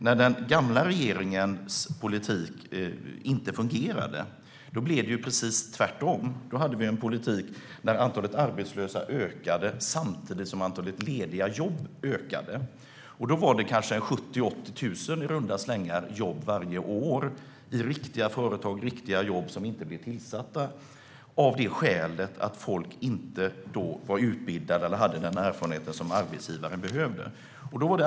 När den gamla regeringens politik inte fungerade blev det precis tvärtom. Det var en politik där antalet arbetslösa ökade samtidigt som antalet lediga jobb ökade. Det var kanske 70 000-80 000 riktiga jobb i riktiga företag som varje år inte blev tillsatta av det skälet att folk inte var utbildade eller hade den erfarenhet som arbetsgivarna behövde.